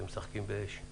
אתם משחקים באש.